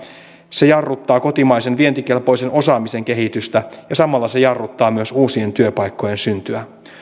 se jarruttaa kotimaisen vientikelpoisen osaamisen kehitystä ja samalla se jarruttaa myös uusien työpaikkojen syntyä